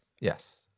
Yes